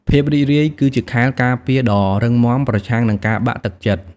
ភាពរីករាយគឺជាខែលការពារដ៏រឹងមាំប្រឆាំងនឹងការបាក់ទឹកចិត្ត។